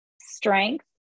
strength